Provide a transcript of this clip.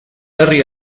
herri